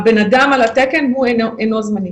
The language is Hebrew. הבן אדם על התקן הוא אינו זמני.